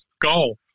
golf